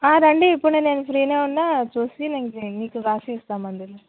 రండి ఇప్పుడు నేను ఫ్రీ ఉన్నాను చూసి మీకు రాసి ఇస్తాను మందులు